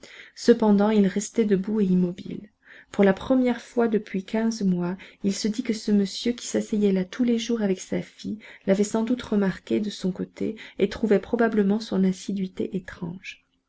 cependant il restait debout et immobile pour la première fois depuis quinze mois il se dit que ce monsieur qui s'asseyait là tous les jours avec sa fille l'avait sans doute remarqué de son côté et trouvait probablement son assiduité étrange